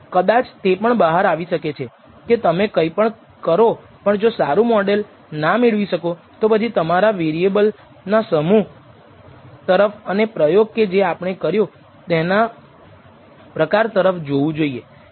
કદાચ તે પણ બહાર આવી શકે છે કે તમે કંઈપણ કરો પણ જો સારુ મોડલ ના મેળવી શકો તો પછી તમારે વેરિએબલ ના સમૂહ તરફ અને પ્રયોગ કે જે આપણે કર્યું તેના પ્રકાર તરફ જોવું જોઈએ